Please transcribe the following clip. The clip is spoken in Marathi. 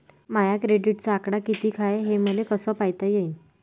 माया क्रेडिटचा आकडा कितीक हाय हे मले कस पायता येईन?